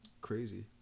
Crazy